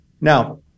Now